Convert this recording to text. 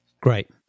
Great